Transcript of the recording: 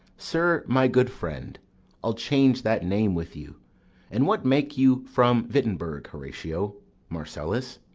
sir, my good friend i'll change that name with you and what make you from wittenberg, horatio marcellus?